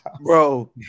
Bro